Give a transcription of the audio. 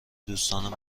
دوستانم